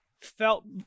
felt